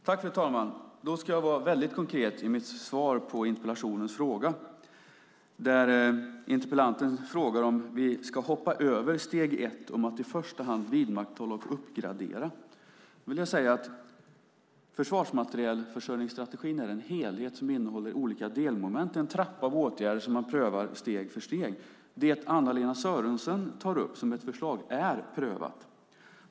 Fru talman! Då ska jag vara väldigt konkret i mitt svar på interpellationens fråga. Interpellanten frågar om vi ska hoppa över steg ett, att i första hand vidmakthålla och uppgradera. Försvarsmaterielförsörjningsstrategin är en helhet som innehåller olika delmoment, en trappa av åtgärder som man prövar steg för steg. Det som Anna-Lena Sörenson tar upp som ett förslag är prövat.